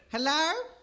Hello